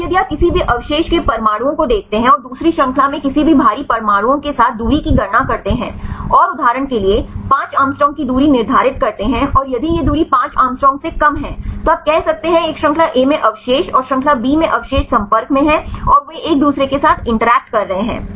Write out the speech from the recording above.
अब यदि आप किसी भी अवशेष के परमाणुओं को देखते हैं और दूसरी श्रृंखला में किसी भी भारी परमाणुओं के साथ दूरी की गणना करते हैं और उदाहरण के लिए 5 एंग्स्ट्रॉम की दूरी निर्धारित करते हैं और यदि यह दूरी 5 एंगस्ट्रॉम से कम है तो आप कह सकते हैं एक श्रृंखला ए में अवशेष और श्रृंखला बी में अवशेष संपर्क में हैं और वे एक दूसरे के साथ इंटरैक्ट कर रहे हैं